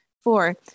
Four